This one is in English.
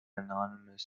anonymous